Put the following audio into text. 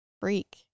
Freak